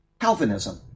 Calvinism